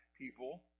people